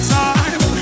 time